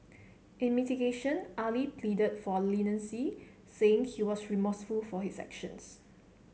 in mitigation Ali pleaded for leniency saying he was remorseful for his actions